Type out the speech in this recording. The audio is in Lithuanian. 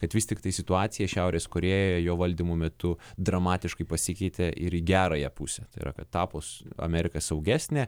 kad vis tiktai situaciją šiaurės korėja jo valdymo metu dramatiškai pasikeitė ir į gerąją pusę tai yra kad tapus amerika saugesnė